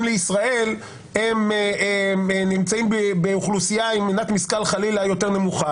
לישראל הם אוכלוסייה עם מנת משכל יותר נמוכה.